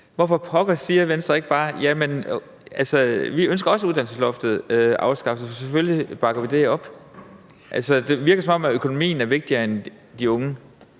Hvorfor pokker siger Venstre ikke bare: Vi ønsker også uddannelsesloftet afskaffet, så selvfølgelig bakker vi det her op? Det virker, som om økonomien er vigtigere end de unge.